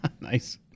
Nice